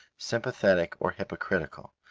sympathetic or hypocritical.